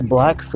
Black